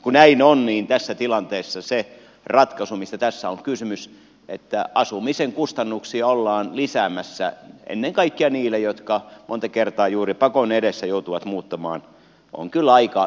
kun näin on niin tässä tilanteessa se ratkaisu mistä tässä on kysymys että asumisen kustannuksia ollaan lisäämässä ennen kaikkea niille jotka monta kertaa juuri pakon edessä joutuvat muuttamaan on kyllä aika kyseenalainen ratkaisu